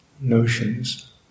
notions